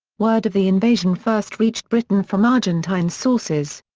word of the invasion first reached britain from argentine sources.